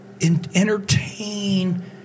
entertain